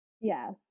Yes